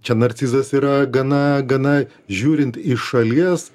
čia narcizas yra gana gana žiūrint iš šalies